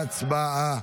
הצבעה.